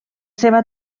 seva